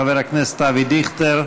חבר הכנסת אבי דיכטר,